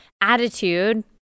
attitude